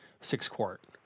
six-quart